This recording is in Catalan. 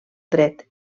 dret